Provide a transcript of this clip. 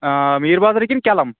آ میٖر بازرٕ کِنہٕ کیلم